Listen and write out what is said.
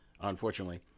unfortunately